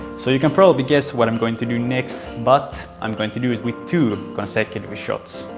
so you can probably guess what i'm going to do next. but. i'm going to do it with two consecutive shots.